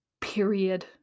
Period